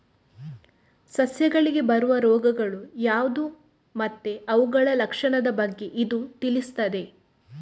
ಸಸ್ಯಗಳಿಗೆ ಬರುವ ರೋಗಗಳು ಯಾವ್ದು ಮತ್ತೆ ಅವುಗಳ ಲಕ್ಷಣದ ಬಗ್ಗೆ ಇದು ತಿಳಿಸ್ತದೆ